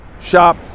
Shop